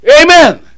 Amen